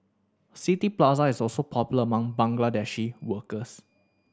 City Plaza is also popular among Bangladeshi workers